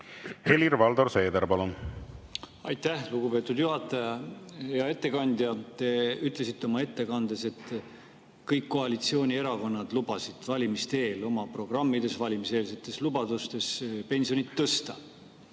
Helir-Valdor Seeder, palun! Aitäh, lugupeetud juhataja! Hea ettekandja! Te ütlesite oma ettekandes, et kõik koalitsioonierakonnad valimiste eel oma programmides ja valimiseelsetes lubadustes lubasid pensioni tõsta.